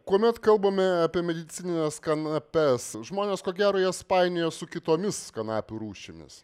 kuomet kalbame apie medicinines kanapes žmonės ko gero jas painioja su kitomis kanapių rūšimis